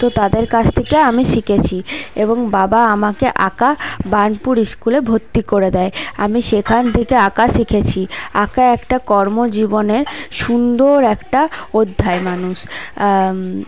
তো তাদের কাছ থেকে আমি শিখেছি এবং বাবা আমাকে আঁকা বার্নপুর স্কুলে ভর্তি করে দেয় আমি সেখান থেকে আঁকা শিখেছি আঁকা একটা কর্মজীবনের সুন্দর একটা অধ্যায় মানুষ